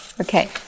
Okay